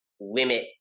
limit